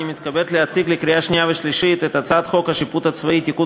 אני מתכבד להציג לקריאה שנייה ושלישית את הצעת חוק השיפוט הצבאי (תיקון